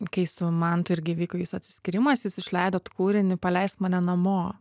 kai su mantu irgi vyko jūsų atsiskyrimas jūs išleidot kūrinį paleisk mane namo